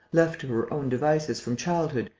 left to her own devices from childhood,